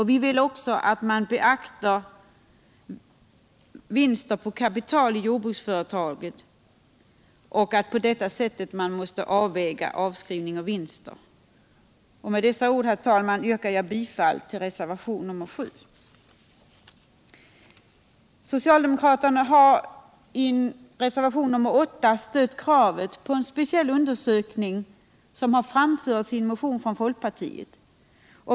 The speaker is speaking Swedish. Vi vill också att man beaktar vinster på kapital i jordbruksföretaget och på detta sätt avväger avskrivning och vinster. Med dessa ord, herr talman, yrkar jag bifall till reservationen 7. Socialdemokraterna har i reservation 8 ställt kravet på en speciell undersökning, som framförts i en motion från folkpartiet.